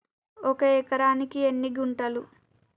ఒక ఎకరానికి ఎన్ని గుంటలు?